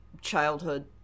childhood